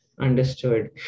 understood